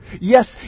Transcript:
Yes